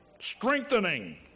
strengthening